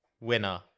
Winner